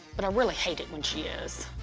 but i really hate it when she is.